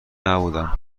نبودم